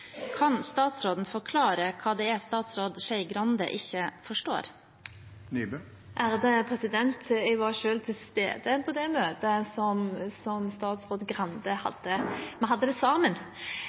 Kan statsråden forklare hva det er statsråd Skei Grande ikke forstår? Jeg var selv til stede på det møtet som statsråd Skei Grande hadde – vi hadde det sammen